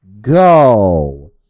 go